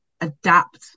adapt